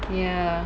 ya